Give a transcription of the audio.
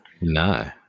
No